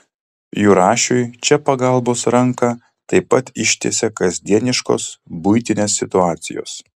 jurašiui čia pagalbos ranką taip pat ištiesia kasdieniškos buitinės situacijos